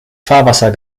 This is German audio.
fahrwasser